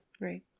Right